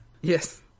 Yes